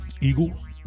Eagles